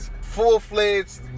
full-fledged